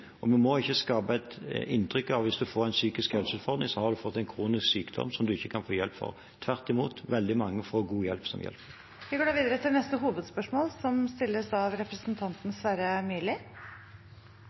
Vi må ikke skape et inntrykk av at hvis en får en psykisk utfordring, så har en fått en kronisk sykdom som en ikke kan få hjelp for. Tvert imot, veldig mange får god hjelp som hjelper. Vi går videre til neste hovedspørsmål.